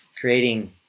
creating